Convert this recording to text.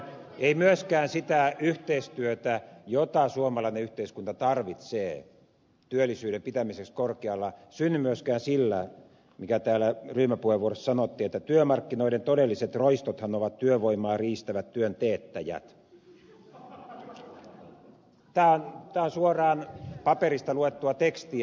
ei myöskään sitä yhteistyötä jota suomalainen yhteiskunta tarvitsee työllisyyden pitämiseksi korkealla synny sillä että ajatellaan kuten täällä ryhmäpuheenvuorossa sanottiin että työmarkkinoiden todelliset roistothan ovat työvoimaa riistävät työn teettäjät tämä on suoraan paperista luettua tekstiä